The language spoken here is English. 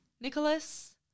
Nicholas